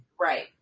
Right